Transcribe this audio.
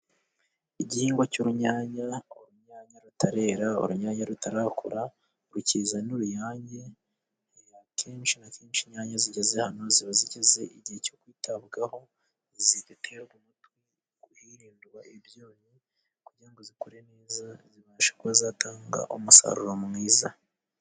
igihingwa cy'urunyanya imyanya rutare urunyanya rutarakura rukizazana uruyangekenenshi na kenshi inyanya zigeze hano ziba zigeze igihe cyo kwitabwaho zigaterwa umutu kuhirindwa ibyonnyi kugira zikore neza zibashe kuba zatanga umusaruro mwiza